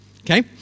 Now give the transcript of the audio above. okay